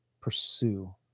pursue